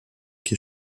qui